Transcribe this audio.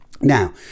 Now